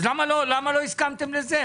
למה לא הסכמתם לזה?